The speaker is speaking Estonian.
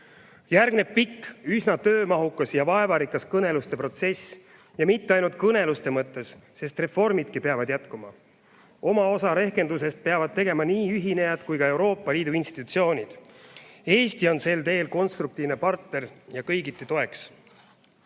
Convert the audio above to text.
Järgneb pikk, üsna töömahukas ja vaevarikas kõneluste protsess, ja mitte ainult kõneluste mõttes, sest reformidki peavad jätkuma. Oma osa rehkendusest peavad tegema nii ühinejad kui ka Euroopa Liidu institutsioonid. Eesti on sel teel konstruktiivne partner ja kõigiti toeks.